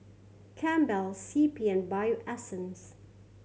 Campbell's C P and Bio Essence